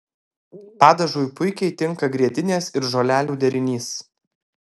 padažui puikiai tinka grietinės ir žolelių derinys